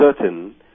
certain